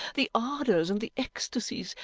the ardours and the ecstasies,